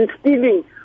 stealing